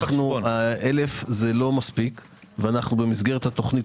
אלף זה לא מספיק ואנחנו במסגרת התוכנית